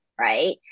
right